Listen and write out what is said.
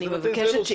אני מבקשת.